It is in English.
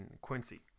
Quincy